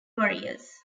warriors